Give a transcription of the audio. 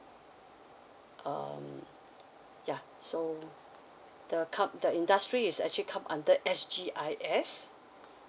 um ya so the come the industry is actually come under S_G_I_S